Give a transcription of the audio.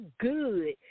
good